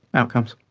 outcomes.